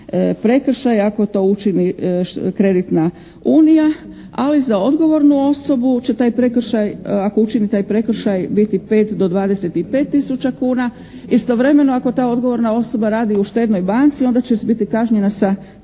prekršaje ako to učini kreditna unija. Ali za odgovornu osobu će taj prekršaj, ako učini taj prekršaj biti pet do dvadeset i pet tisuća kuna. Istovremeno ako ta odgovorna osoba radi u štednoj banci onda će biti kažnjena sa